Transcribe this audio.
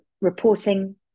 reporting